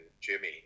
Jimmy